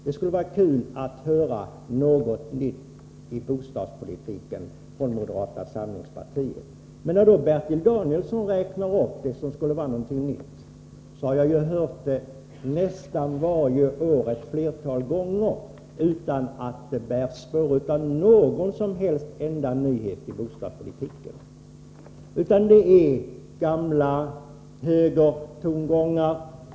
Det vore kul att höra något nytt i bostadspolitiken från moderata samlingspartiet. Men det som Bertil Danielsson räknar upp och som skall vara något nytt har jag ju hört ett flertal gånger nästan varje år. Det finns inte ett spår av en enda nyhet inom bostadspolitiken. Det är gamla högertongångar.